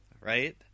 Right